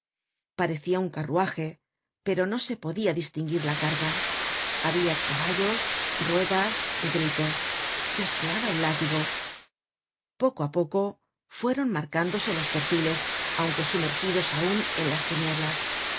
parecia un carruaje pero no se podia distinguir la carga habia caballos ruedas gritos chasqueaba el látigo poco á poco fueron marcándose los perfi les aunque sumergidos aun en las tinieblas